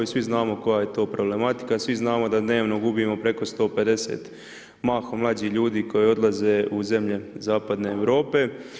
Svi znamo koja je to problematika, svi znamo da dnevno gubimo preko 150 mahom mlađih ljudi koji odlaze u zemlje zapadne Europe.